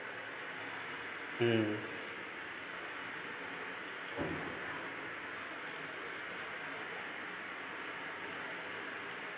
mm